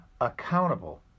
accountable